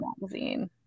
magazine